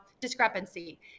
discrepancy